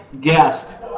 guest